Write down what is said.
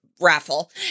raffle